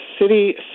city